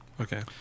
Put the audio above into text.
Okay